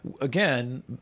again